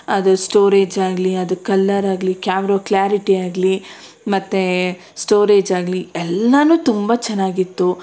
ಅದು ಸ್ಟೋರೇಜ್ ಆಗಲಿ ಅದು ಕಲ್ಲರ್ ಆಗಲಿ ಕ್ಯಾಮ್ರೊ ಕ್ಲಾರಿಟಿ ಆಗಲಿ ಮತ್ತೆ ಸ್ಟೋರೇಜ್ ಆಗಲಿ ಎಲ್ಲನೂ ತುಂಬ ಚೆನ್ನಾಗಿತ್ತು